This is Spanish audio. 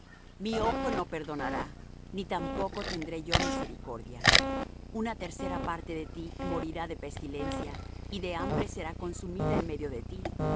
mi ojo no perdonará ni tampoco tendré yo misericordia una tercera parte de ti morirá de pestilencia y de hambre será consumida en medio de ti